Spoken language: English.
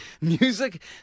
music